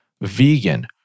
vegan